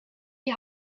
die